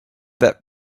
that